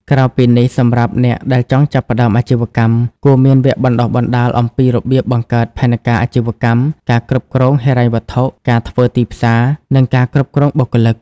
ក្រៅពីនេះសម្រាប់អ្នកដែលចង់ចាប់ផ្តើមអាជីវកម្ម គួរមានវគ្គបណ្តុះបណ្តាលអំពីរបៀបបង្កើតផែនការអាជីវកម្ម ការគ្រប់គ្រងហិរញ្ញវត្ថុ ការធ្វើទីផ្សារ និងការគ្រប់គ្រងបុគ្គលិក។